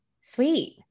Sweet